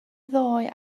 ddoe